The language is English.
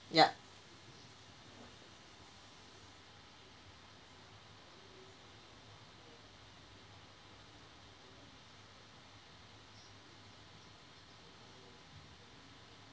yup